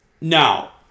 Now